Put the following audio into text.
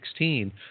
2016